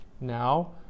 Now